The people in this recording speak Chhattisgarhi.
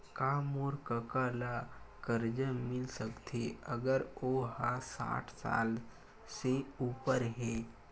का मोर कका ला कर्जा मिल सकथे अगर ओ हा साठ साल से उपर हे?